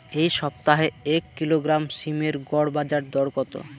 এই সপ্তাহে এক কিলোগ্রাম সীম এর গড় বাজার দর কত?